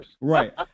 Right